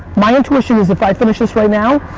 my intuition is if i finish this right now,